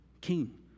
king